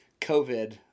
COVID